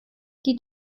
die